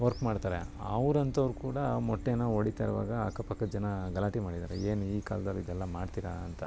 work ಮಾಡ್ತಾರೆ ಅವ್ರಂಥವ್ರು ಕೂಡ ಮೊಟ್ಟೆನ ಹೊಡಿತಾ ಇರುವಾಗ ಅಕ್ಕಪಕ್ಕದ ಜನ ಗಲಾಟೆ ಮಾಡಿದ್ದಾರೆ ಏನು ಈ ಕಾಲ್ದಲ್ಲಿ ಇದೆಲ್ಲ ಮಾಡ್ತೀರಾ ಅಂತ